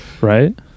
Right